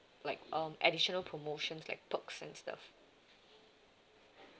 like um additional promotions like perks and stuff